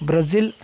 Brazil